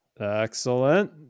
Excellent